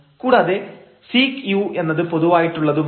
കൂടാതെ sec u എന്നത് പൊതുവായിട്ടുള്ളതുമാണ്